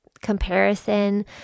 comparison